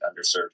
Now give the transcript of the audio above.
underserved